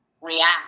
react